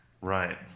Right